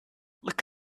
look